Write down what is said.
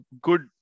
good